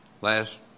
last